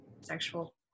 sexual